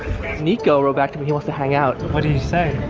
nico wrote back to me, he wants to hang out. what did he say?